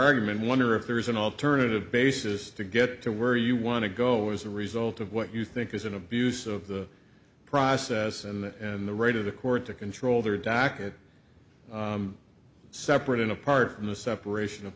argument wonder if there is an alternative basis to get to where you want to go as a result of what you think is an abuse of the process and the right of the court to control their docket separate and apart from the separation of